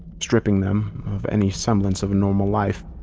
stripping them of any semblance of normal life.